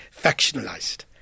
factionalized